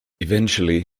eventually